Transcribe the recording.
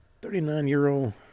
Thirty-nine-year-old